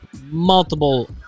multiple